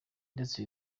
ndetse